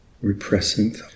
repressing